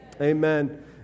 Amen